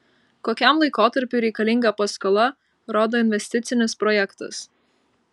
kokiam laikotarpiui reikalinga paskola rodo investicinis projektas